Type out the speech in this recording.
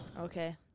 Okay